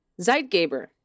Zeitgeber